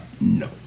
no